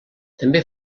també